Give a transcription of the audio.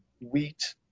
wheat